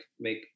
make